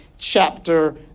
chapter